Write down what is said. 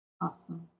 awesome